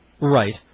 Right